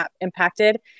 impacted